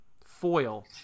foil